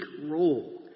role